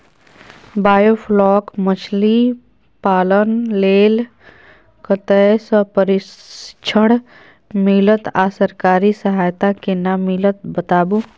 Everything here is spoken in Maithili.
बायोफ्लॉक मछलीपालन लेल कतय स प्रशिक्षण मिलत आ सरकारी सहायता केना मिलत बताबू?